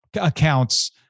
accounts